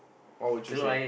what would you say